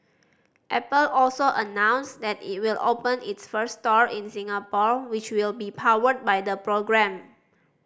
apple also announced that it will open its first store in Singapore which will be powered by the program